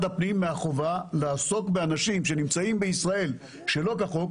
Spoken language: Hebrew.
הפנים מהחובה לעסוק באנשים שנמצאים בישראל שלא כחוק.